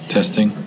Testing